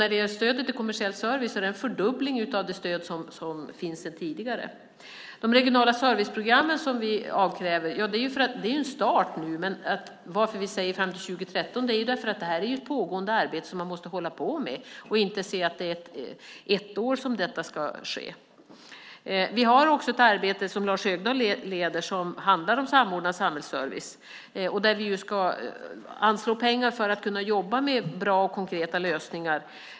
När det gäller stödet till kommersiell service är det en fördubbling av det stöd som finns sedan tidigare. De regionala serviceprogrammen som vi avkräver regionerna startar nu. Att vi talar om perioden fram till 2013 beror på att det här är ett pågående arbete som man måste hålla på med och inte tro att det är under ett år som detta ska ske. Vi har också ett arbete som Lars Högdahl leder och som handlar om samordnad samhällsservice. Där ska vi anslå pengar för att kunna jobba med bra och konkreta lösningar.